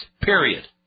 period